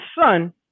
son